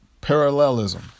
parallelism